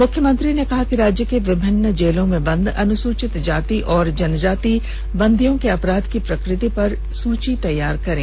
मुख्यमंत्री ने कहा कि राज्य के विभिन्न कारागार में बंद अनुसूचित जाति और जनजाति बंदियों के अपराध की प्रकृति की सूची तैयार करें